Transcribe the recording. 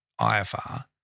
IFR